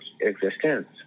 existence